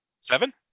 seven